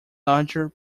larger